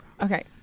Okay